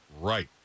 Right